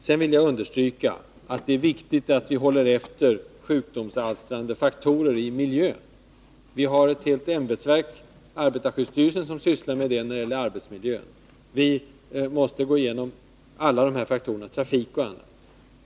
Sedan vill jag understryka att det är viktigt att vi håller efter sjukdomsalstrande faktorer i miljön. Vi har ett helt ämbetsverk, arbetarskyddsstyrelsen, som sysslar med det när det gäller arbetsmiljön. Vi måste gå igenom alla de här faktorerna — trafik och annat.